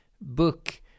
book